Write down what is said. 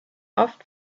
oft